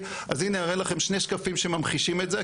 הנה הרי לכם שני שקפים שממחישים את זה,